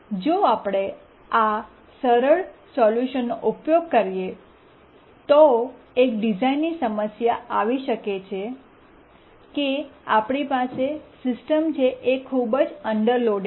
જો આપણે આ સરળ સોલ્યુશનનો ઉપયોગ કરીએ તો એક ડિઝાઈનની સમસ્યા આવી શકે છે કે આપણી પાસે સિસ્ટમ છે જે ખૂબ જ અન્ડરલોડિડ છે